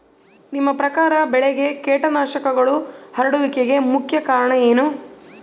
ನಿಮ್ಮ ಪ್ರಕಾರ ಬೆಳೆಗೆ ಕೇಟನಾಶಕಗಳು ಹರಡುವಿಕೆಗೆ ಮುಖ್ಯ ಕಾರಣ ಏನು?